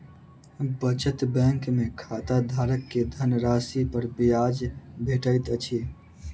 बचत बैंक में खाताधारक के धनराशि पर ब्याज भेटैत अछि